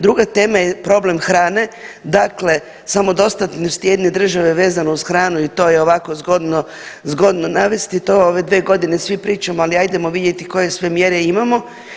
Druga tema je problem hrane, dakle samodostatnost jedne države vezano uz hranu i to je ovako zgodno, zgodno navesti to ove 2 godine svi pričamo ali ajdemo vidjeti koje sve mjere imamo.